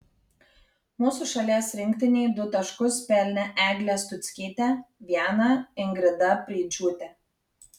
mūsų šalies rinktinei du taškus pelnė eglė stuckytė vieną ingrida preidžiūtė